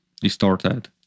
distorted